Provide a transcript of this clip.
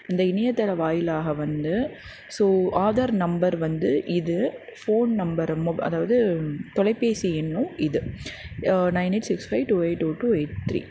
அந்த இணையதள வாயிலாக வந்து ஸோ ஆதார் நம்பர் வந்து இது ஃபோன் நம்பர் மொப் அதாவது தொலைபேசி எண்ணும் இது nine eight six five two eight two two eight three